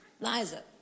Liza